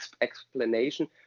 explanation